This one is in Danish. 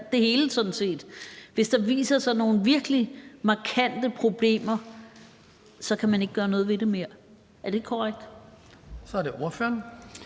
det hele, men hvis der viser sig nogle virkelig markante problemer, så kan man ikke gøre noget ved det mere. Er det ikke korrekt? Kl. 18:28 Den